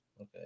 Okay